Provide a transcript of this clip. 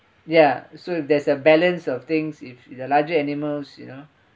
ya so there's a balance of things if the larger animals you know